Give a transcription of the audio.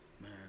man